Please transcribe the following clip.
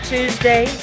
Tuesday